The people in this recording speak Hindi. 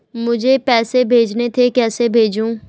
मुझे पैसे भेजने थे कैसे भेजूँ?